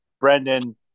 brendan